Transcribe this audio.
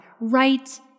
right